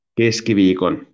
keskiviikon